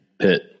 pit